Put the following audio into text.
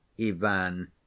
ivan